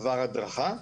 עבר הדרכה,